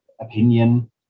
opinion